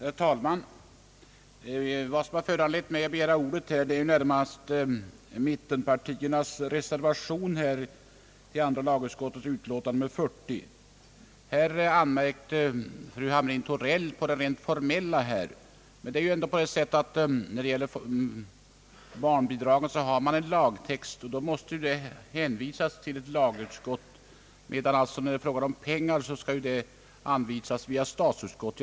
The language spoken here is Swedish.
Herr talman! Vad som föranledde mig att begära ordet var närmast mittenpartiernas reservation i andra lagutskottets utlåtande nr 40. Fru Hamrin-Thorell anmärkte nyss på ärendets rent formella behandling. När det gäller barnbidraget finns det dock en lagtext. Därför måste ärendet hänvisas till ett lagutskott, medan anslag ju skall anvisas via statsutskottet.